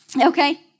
Okay